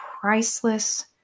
priceless